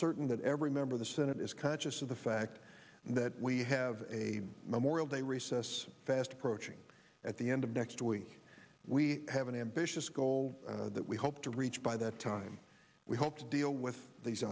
certain that every member of the senate is conscious the fact that we have a memorial day recess fast approaching at the end of next week we have an ambitious goal that we hope to reach by that time we hope to deal with these